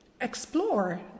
explore